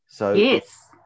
Yes